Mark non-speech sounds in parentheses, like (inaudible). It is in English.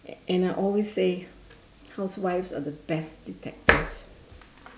and I always say housewives are the best detectives (breath)